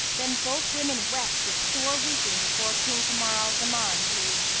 then both women wept with sore weeping before king kamar al-zaman who,